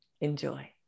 Enjoy